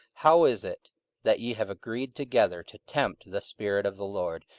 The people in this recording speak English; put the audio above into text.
how is it that ye have agreed together to tempt the spirit of the lord?